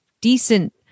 decent